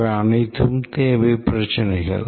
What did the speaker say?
இவை அனைத்தும் தேவை பிரச்சினைகள்